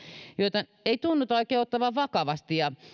joita ei oikein tunnuta otettavan vakavasti